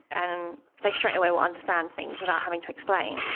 and they straightaway will understand things without having to explain.